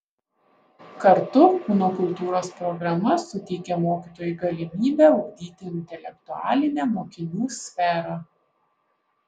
kartu kūno kultūros programa suteikia mokytojui galimybę ugdyti intelektualinę mokinių sferą